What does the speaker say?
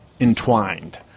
entwined